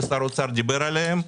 ושר האוצר דיבר עליהן,